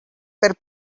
per